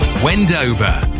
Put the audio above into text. Wendover